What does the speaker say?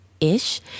ish